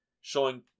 showing